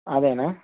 అదేనా